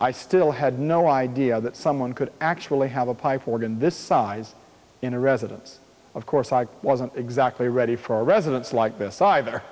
i still had no idea that someone could actually have a pipe organ this size in a residence of course i wasn't exactly ready for a residence like this either